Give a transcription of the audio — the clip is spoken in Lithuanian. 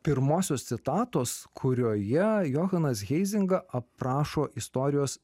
pirmosios citatos kurioje johanas heizinga aprašo istorijos